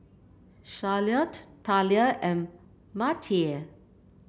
Charlottie Thalia and Matie